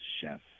chef